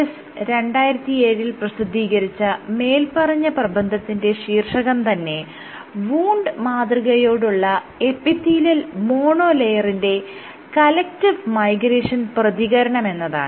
PNAS 2007 ൽ പ്രസിദ്ധീകരിച്ച മേല്പറഞ്ഞ പ്രബന്ധത്തിന്റെ ശീർഷകം തന്നെ വൂണ്ട് മാതൃകയോടുള്ള എപ്പിത്തീലിയൽ മോണോ ലെയറിന്റെ കലക്ടീവ് മൈഗ്രേഷൻ പ്രതികരണമെന്നതാണ്